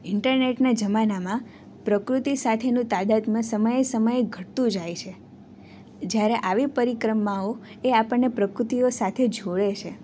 ઇન્ટરનેટના જમાનામાં પ્રકૃતિ સાથેનું તાદાત્મ્ય સમયે સમયે ઘટતું જાય છે જ્યારે આવી પરિક્રમાઓ એ આપણને પ્રકૃતિઓ સાથે જોડે છે